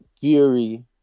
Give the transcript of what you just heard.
Fury